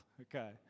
Okay